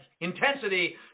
intensity